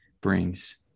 brings